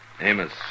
Amos